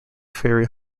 ferry